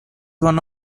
one